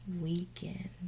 weekend